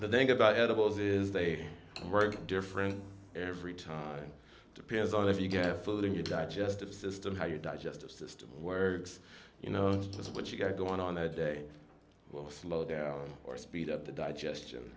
the thing about edibles is they work different every time depends on if you get food in your digestive system how your digestive system where you know just what you got going on a day will slow down or speed up the digestion